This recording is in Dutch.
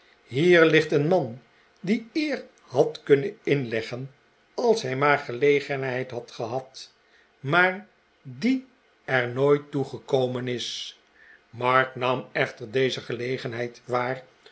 hier ligt een man die eer had kunnen inleggen als hij maar gelegenheid had gehad maar die er nooit toe gekomen is mark nam echter deze gelegenheid waar